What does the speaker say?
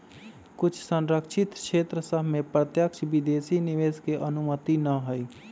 कुछ सँरक्षित क्षेत्र सभ में प्रत्यक्ष विदेशी निवेश के अनुमति न हइ